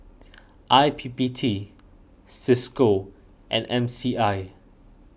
I P P T Cisco and M C I